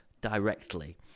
directly